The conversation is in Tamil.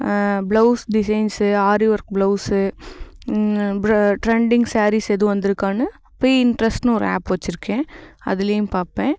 blouse designs aari work blouse அப்புறம் ட்ரெண்டிங் ஸேரீஸ் எதுவும் வந்திருக்கானு பி இன்ட்ரெஸ்ட்னு ஒரு ஆப் வச்சிருக்கேன் அதிலையும் பார்ப்பேன்